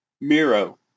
Miro